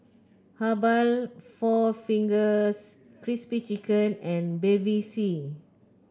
Habhal four Fingers Crispy Chicken and Bevy C